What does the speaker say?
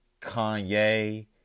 Kanye